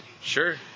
Sure